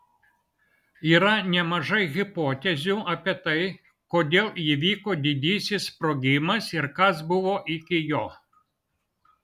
yra nemažai hipotezių apie tai kodėl įvyko didysis sprogimas ir kas buvo iki jo